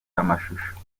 amashusho